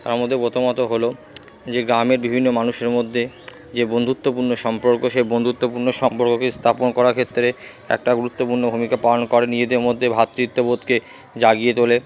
তার মধ্যে প্রথমত হলো যে গামের বিভিন্ন মানুষের মদ্যে যে বন্ধুত্বপূর্ণ সম্পর্ক সে বন্ধুত্বপূর্ণ সম্পর্ককে স্থাপন করার ক্ষেত্রে একটা গুরুত্বপূর্ণ ভূমিকা পালন করে নিজেদের মধ্যে ভাতৃত্ববোধকে জাগিয়ে তোলে